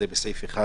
זה בסעיף 1